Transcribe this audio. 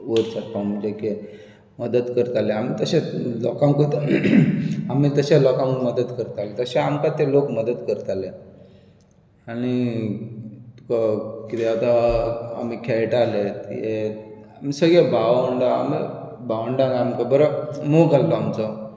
वयर सरपाक म्हणजे की मदत करताले आमी तशे लोकांक मदत करताले आमी जशे लोकांक मदत करताले तशें आमकां ते लोक मदत करताले आनी कितें जाता आमी खेळटाले सगळे भावंडां भावंडा आमचो बरो मोग आसलो आमचो